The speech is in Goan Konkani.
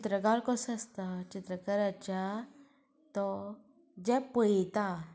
चित्रकार कसो आसता चित्रकाराच्या तो जें पळयता